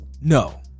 no